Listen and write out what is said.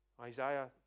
Isaiah